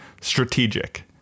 strategic